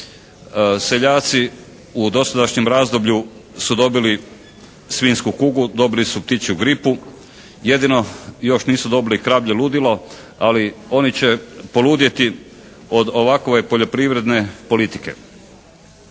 Seljaci u dosadašnjem razdoblju su dobili svinjsku kugu, dobili su ptičju gripu. Jedino još nisu dobili kravlje ludilo, ali oni će poludjeti od ovakove poljoprivredne politike.